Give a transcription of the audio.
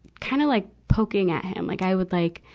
kind of like poking at him. like i would like,